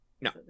No